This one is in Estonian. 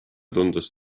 tundus